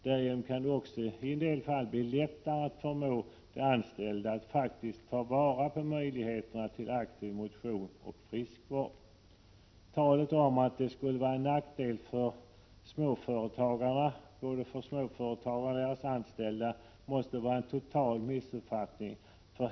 Därigenom kan det också i en del fall bli lättare att förmå de anställda att faktiskt ta vara på möjligheterna till aktiv motion och friskvård.” Talet om att det skulle vara en nackdel för småföretagarna och deras anställda måste bygga på en total missuppfattning.